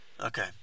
Okay